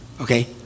Okay